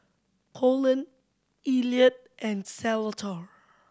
Colon Elliot and Salvatore